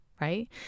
right